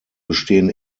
bestehen